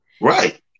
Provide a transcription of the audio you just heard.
right